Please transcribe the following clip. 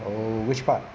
oh which part